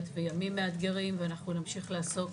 וימים מאתגרים ואנחנו נמשיך לעסוק